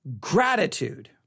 Gratitude